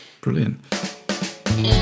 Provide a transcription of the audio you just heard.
Brilliant